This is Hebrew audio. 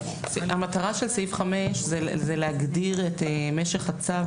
המטרה של סעיף 5 זה להגדיר את משך הצו